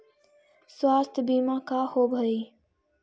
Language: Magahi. स्वास्थ्य बीमा का होव हइ?